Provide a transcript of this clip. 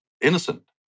innocent